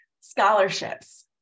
Scholarships